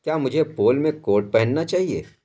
کیا مجھے پول میں کوٹ پہننا چاہئے